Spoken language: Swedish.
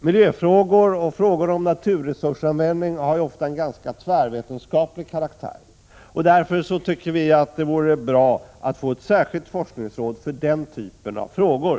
Miljöfrågor och frågor om användning av naturresurser har ofta en ganska tvärvetenskaplig karaktär. Därför tycker vi att det vore bra att få ett särskilt 17 Prot. 1986/87:131 forskningsråd för den typen av frågor.